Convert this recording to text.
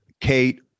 Kate